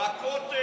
אבל בכותל, בכותל.